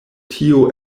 tio